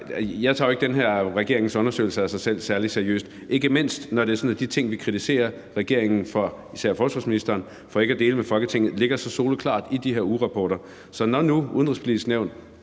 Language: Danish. jeg jo ikke den her regerings undersøgelser af sig selv særlig seriøst, ikke mindst når de ting, vi kritiserer regeringen og især forsvarsministeren for ikke at dele med Folketinget, ligger så soleklart i de her ugerapporter. Så når nu Det Udenrigspolitiske Nævn,